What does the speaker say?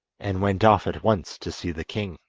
and went off at once to see the king.